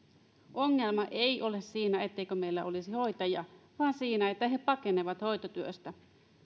ongelma ei ole siinä etteikö meillä olisi hoitajia vaan siinä että he he pakenevat hoitotyöstä